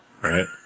Right